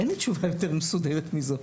אין לי תשובה יותר מסודרת מזאת.